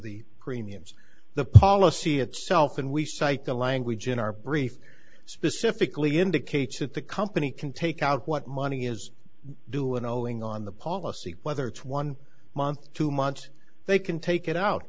the premiums the policy itself and we cite the language in our brief specifically indicates that the company can take out what money is due and owing on the policy whether it's one month two months they can take it out